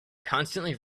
constantly